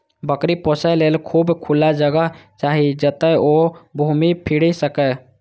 बकरी पोसय लेल खूब खुला जगह चाही, जतय ओ घूमि फीरि सकय